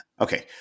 Okay